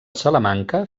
salamanca